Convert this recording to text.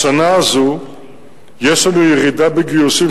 בשנה הזאת יש לנו ירידה בגיוסים,